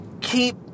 Keep